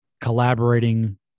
collaborating